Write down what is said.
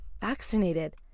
vaccinated